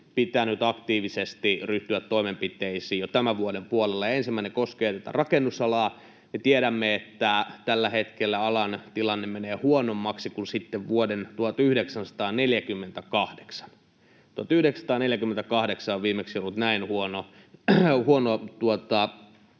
pitänyt aktiivisesti ryhtyä toimenpiteisiin jo tämän vuoden puolella, ja ensimmäinen koskee tätä rakennusalaa. Me tiedämme, että tällä hetkellä alan tilanne menee huonoimmaksi sitten vuoden 1948. Viimeksi 1948 on ollut näin huono